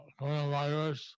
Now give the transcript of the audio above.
coronavirus